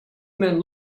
men